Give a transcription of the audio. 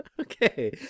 Okay